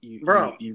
Bro